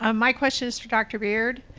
um my question is for dr. beard.